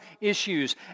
issues